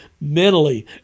mentally